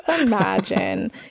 imagine